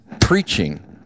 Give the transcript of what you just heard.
preaching